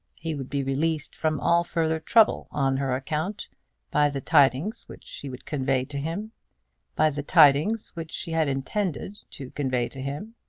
he would be released from all further trouble on her account by the tidings which she would convey to him by the tidings which she had intended to convey to him.